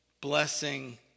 blessing